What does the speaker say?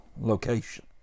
location